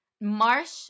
Marsh